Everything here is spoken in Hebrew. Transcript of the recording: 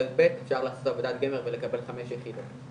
י"ב אפשר לעשות עבודת גמר ולקבל 5 יחידות.